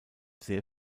sehr